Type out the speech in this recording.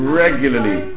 regularly